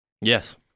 Yes